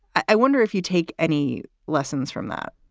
i wonder if you take any lessons from that